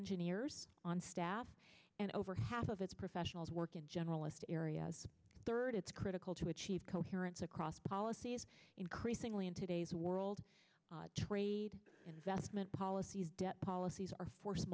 engineers on staff and over half of its professionals work in generalist areas third it's critical to achieve coherence across policies increasingly in today's world trade investment policies policies are force